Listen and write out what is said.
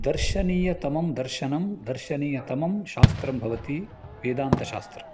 दर्शनीयतमं दर्शनं दर्शनीयतमं शास्त्रं भवति वेदान्तशास्त्रम्